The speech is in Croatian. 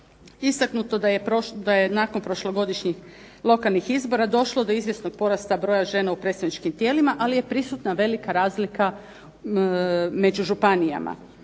Istaknuto da je nakon prošlogodišnjih lokalnih izbora došlo do izvjesnog porasta broja žena u predsjedničkim tijelima, ali je prisutna velika razlika među županijama.